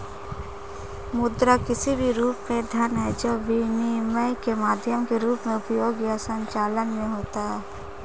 मुद्रा किसी भी रूप में धन है जब विनिमय के माध्यम के रूप में उपयोग या संचलन में होता है